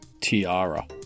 Tiara